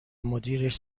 مدیرش